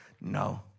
no